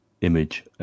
image